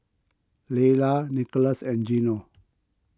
Laylah Nicklaus and Geno